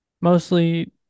mostly